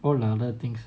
all the other things